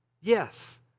yes